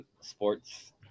sports